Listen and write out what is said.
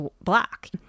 black